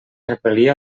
repel·lir